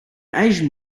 asian